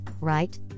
right